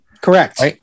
Correct